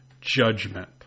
judgment